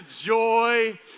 joy